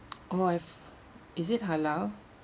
oh I've is it halal